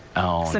oh,